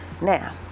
now